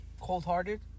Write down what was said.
cold-hearted